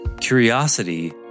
Curiosity